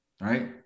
right